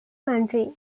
county